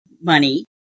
money